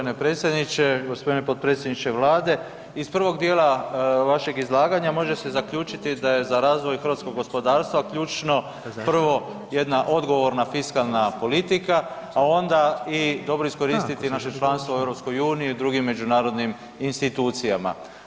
Hvala g. predsjedniče, g. potpredsjedniče Vlade, iz prvog dijela vašeg izlaganja može se zaključiti da je za razvoj hrvatskog gospodarstva ključno prvo jedna odgovorna fiskalna politika, a onda i dobro iskoristiti naše članstvo u EU i drugim međunarodnim institucijama.